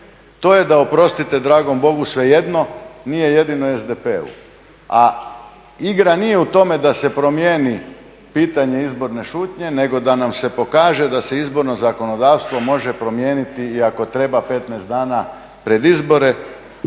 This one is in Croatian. To je da oprostite dragom Bogu svejedno, nije jedino SDP-u. A igra nije u tome da se promijeni pitanje izborne šutnje nego da nam se pokaže da se izborno zakonodavstvo može promijeniti i ako treba 15 dana pred izbore,